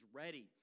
ready